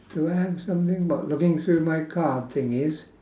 do I have something about looking through my card thingies